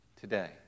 today